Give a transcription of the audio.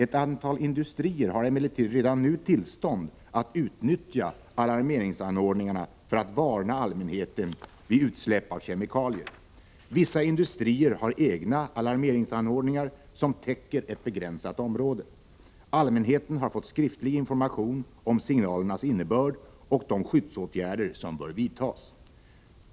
Ett antal industrier har emellertid redan nu tillstånd att utnyttja alarmerings 1 anordningarna för att varna allmänheten vid utsläpp av kemikalier. Vissa industrier har egna alarmeringsanordningar som täcker ett begränsat område. Allmänheten har fått skriftlig information om signalernas innebörd och de skyddsåtgärder som bör vidtas.